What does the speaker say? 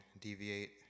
deviate